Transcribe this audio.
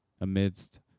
amidst